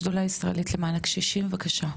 השדולה הישראלית למען הקשישים בבקשה.